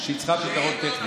שהיא צריכה פתרון טכני.